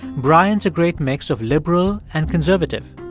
bryan's a great mix of liberal and conservative.